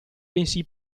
bensì